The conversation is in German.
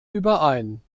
überein